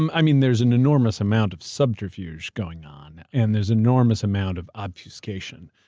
um i mean, there's an enormous amount of subterfuge going on, and there's enormous amount of obfuscation.